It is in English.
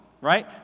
right